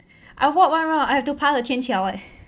I walk one round I have to pass the 天桥 leh